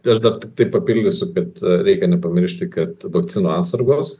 gal aš dar tiktai papildysiu kad reikia nepamiršti kad vakcinų atsargos